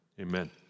amen